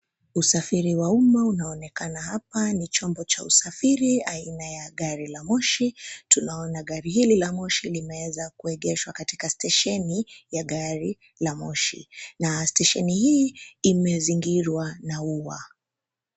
Usafiri wa umma, unaonekana hapa, ni chombo cha usafiri, aina ya gari la moshi. Tunaona gari hili la moshi, limeweza kuegeshwa katika stesheni ya gari la moshi. Na stesheni hii, imezingirwa na ua.